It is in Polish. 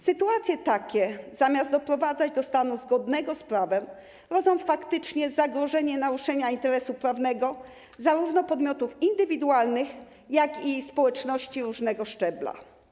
Sytuacje takie, zamiast doprowadzać do stanu zgodnego z prawem, rodzą faktyczne zagrożenie naruszenia interesu prawnego zarówno podmiotów indywidualnych, jak i społeczności różnego szczebla.